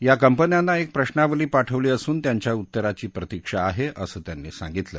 या कंपन्यांना एक प्रश्नावली पाठवली असून त्यांच्या उत्तराषी प्रतिक्षा आहे असं त्यांनी सांगितलं